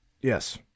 Yes